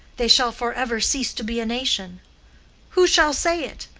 they shall forever cease to be a nation who shall say it?